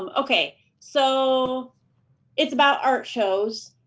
um okay. so it's about art shows,